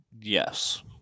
Yes